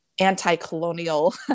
anti-colonial